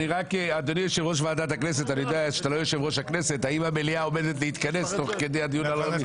האם המליאה עומדת להתכנס תוך הדיון?